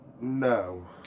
No